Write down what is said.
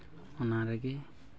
ᱚᱱᱟ ᱨᱮᱜᱮ